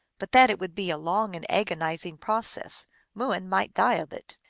but that it would be a long and agonizing process mooin might die of it.